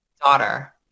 daughter